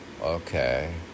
Okay